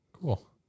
Cool